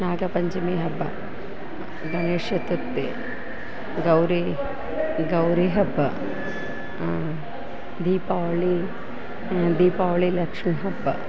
ನಾಗಪಂಚಮಿ ಹಬ್ಬ ಗಣೇಶಚತುರ್ಥಿ ಗೌರಿ ಗೌರಿ ಹಬ್ಬ ದೀಪಾವಳಿ ದೀಪಾವಳಿ ಲಕ್ಷ್ಮಿ ಹಬ್ಬ